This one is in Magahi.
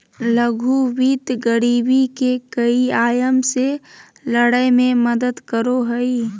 लघु वित्त गरीबी के कई आयाम से लड़य में मदद करो हइ